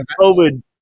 covid